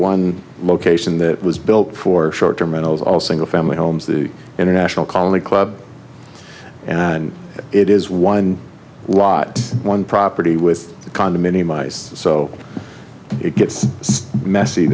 one location that was built for short term and it was all single family homes the international colony club and it is one lot one property with condominium ice so it gets messy